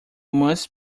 must